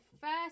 first